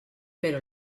però